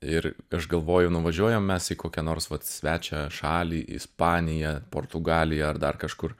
ir aš galvoju nuvažiuojam mes į kokią nors va svečią šalį ispaniją portugaliją ar dar kažkur